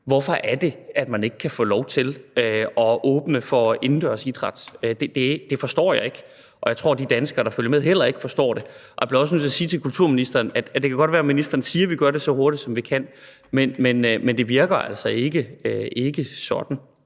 hvorfor man ikke kan få lov til at åbne for indendørs idræt. Det forstår jeg ikke, og jeg tror, at de danskere, der følger med, heller ikke forstår det. Jeg bliver også nødt til at sige til kulturministeren, at det godt kan være, at ministeren siger, at vi gør det så hurtigt, som vi kan, men det virker altså ikke sådan.